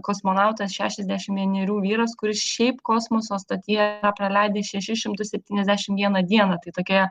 kosmonautas šešiasdešimt vienerių vyras kuris šiaip kosmoso stotyje praleidęs šešis šimtus septyniasdešimt vieną dieną tai tokioje